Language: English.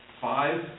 five